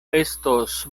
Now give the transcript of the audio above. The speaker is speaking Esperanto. estos